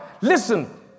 Listen